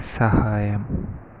സഹായം